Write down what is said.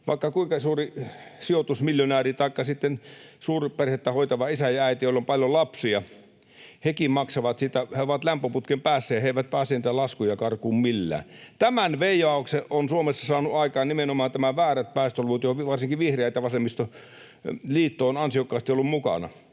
vaikka kuinka suuri sijoitusmiljonääri taikka sitten suurperhettä hoitava isä ja äiti, joilla on paljon lapsia — hänkin maksaa sitä, hän on lämpöputken päässä, ja hän ei pääse niitä laskuja karkuun millään. Tämän veijauksen ovat Suomessa saaneet aikaan nimenomaan nämä väärät päästöluvut, joissa varsinkin vihreät ja vasemmistoliitto ovat ansiokkaasti olleet mukana.